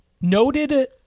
Noted